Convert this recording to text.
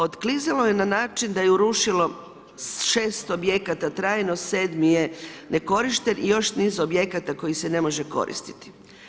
Odsklizalo je na način da je urušilo 600 objekata, trajno, 7 je nekorišten i još niz objekata koji se ne može koristiti.